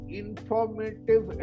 informative